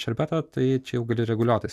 šerbetą tai čia jau gali reguliuotis